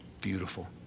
Beautiful